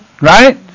Right